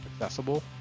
accessible